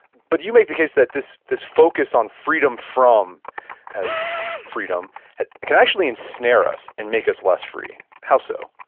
but you make the case that this this focus on freedom from as freedom can actually ensnare us and make us less free. how so?